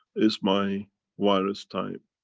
is my virus time,